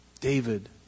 David